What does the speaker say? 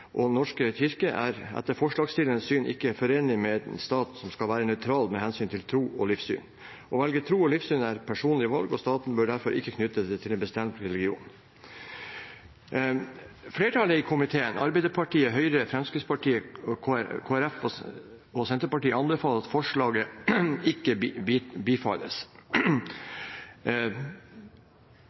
Den norske kirke er etter forslagsstillernes syn ikke forenlig med en stat som skal være nøytral med hensyn til tro og livssyn. Å velge tro og livssyn er personlige valg, og staten bør derfor ikke knyttes til en bestemt religion. Flertallet i komiteen, Arbeiderpartiet, Høyre, Fremskrittspartiet, Kristelig Folkeparti og Senterpartiet, anbefaler at forslaget ikke